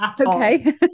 Okay